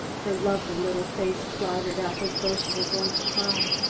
her lovely little face clouded up as though she were going to cry.